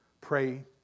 pray